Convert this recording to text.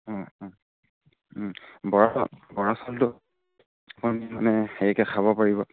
অঁ অঁ বৰা চাউল বৰা চাউলটো আপুনি মানে হেৰিকৈ খাব পাৰিব